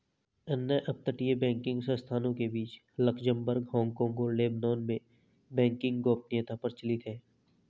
अन्य अपतटीय बैंकिंग संस्थानों के बीच लक्ज़मबर्ग, हांगकांग और लेबनान में बैंकिंग गोपनीयता प्रचलित है